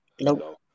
Nope